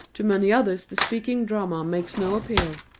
to many others the speaking drama makes no appeal.